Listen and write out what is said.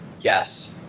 Yes